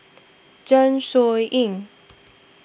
Zeng Shouyin